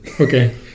Okay